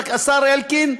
השר אלקין: